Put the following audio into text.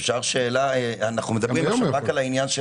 אנחנו מדברים עכשיו רק על העניין של